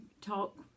talk